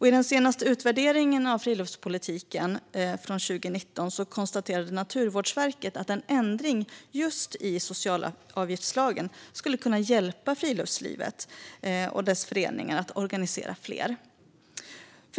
I den senaste utvärderingen av friluftspolitiken från 2019 konstaterade Naturvårdsverket att en ändring i just socialavgiftslagen skulle kunna hjälpa friluftslivet och dess föreningar att organisera fler.